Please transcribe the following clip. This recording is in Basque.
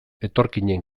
etorkinen